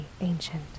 ancient